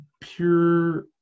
pure